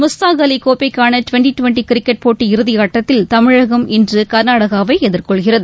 முஸ்தாக் அலி கோப்பைக்கான twenty twenty cricket போட்டி இறுதியாட்டத்தில் தமிழகம் இன்று கர்நாடகாவை எதிர்கொள்கிறது